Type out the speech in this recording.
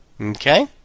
Okay